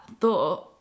thought